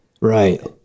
Right